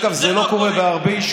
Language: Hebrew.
לפחות תסביר למה באום אל-פחם זה לא קורה.